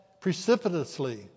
precipitously